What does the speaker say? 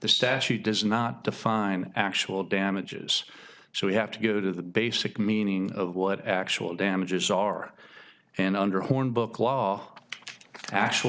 the statute does not define actual damages so we have to go to the basic meaning of what actual damages are and under hornbook law actual